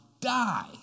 die